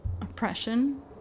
oppression